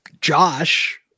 Josh